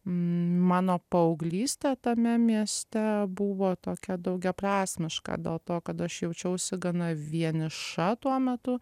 mano paauglystė tame mieste buvo tokia daugiaprasmiška dėl to kad aš jaučiausi gana vieniša tuo metu